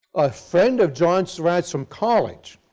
a friend of john surratt's from college,